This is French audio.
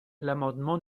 l’amendement